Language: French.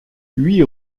huit